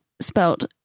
spelt